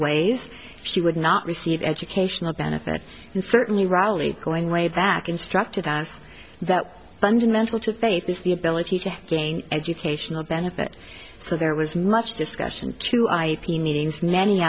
ways she would not receive educational benefits and certainly rally going way back instructed us that fundamental to faith is the ability to gain educational benefit so there was much discussion to ip meetings nan